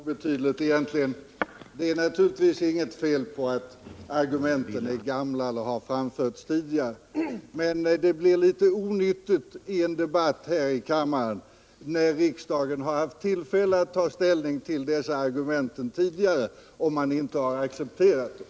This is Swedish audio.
Herr talman! Det är naturligtvis inget fel på att argumenten är gamla eller har framförts tidigare. Men det blir litet onyttigt i debatten här i kammaren när riksdagen haft tillfälle att ta ställning till dessa argument tidigare och inte accepterat dem.